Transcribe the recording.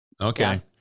Okay